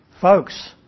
Folks